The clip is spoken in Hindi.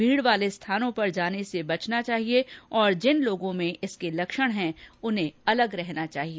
भीड़ वाले स्थानों पर जाने से बचना चाहिए और जिन लोगों में इसके लक्षण हैं उन्हें अलग रहना चाहिए